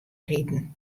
riden